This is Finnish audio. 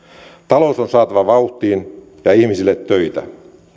talous on saatava vauhtiin ja ihmisille töitä